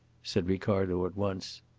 said ricardo at once.